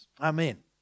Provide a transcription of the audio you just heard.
Amen